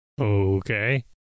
Okay